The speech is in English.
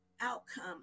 outcome